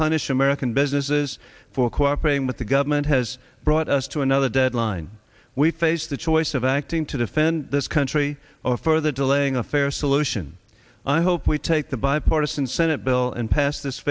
punish american businesses for cooperating with the government has brought us to another deadline we face the choice of acting to defend this country or further delaying a fair solution i hope we take the bipartisan senate bill and pass this